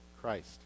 Christ